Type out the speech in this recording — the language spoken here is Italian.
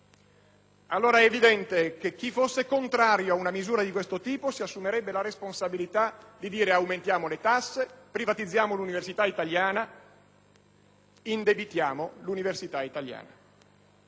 È quindi evidente che chi fosse contrario ad una misura di questo tipo si assumerebbe la responsabilità di dire «aumentiamo le tasse», «privatizziamo l'università italiana», «indebitiamo l'università italiana».